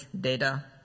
data